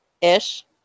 ish